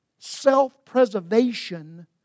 Self-preservation